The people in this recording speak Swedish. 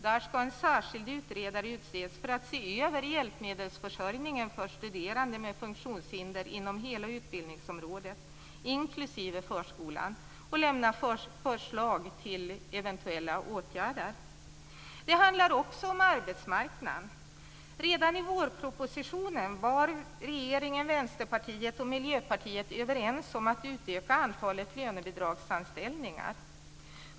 Där ska en särskild utredare utses för att se över hjälpmedelsförsörjningen för studerande med funktionshinder på hela utbildningsområdet, inklusive förskolan, och lämna förslag till eventuella åtgärder. Det handlar också om arbetsmarknaden. Redan i vårpropositionen var regeringen, Vänsterpartiet och Miljöpartiet överens om att utöka antalet lönebidragsanställningar.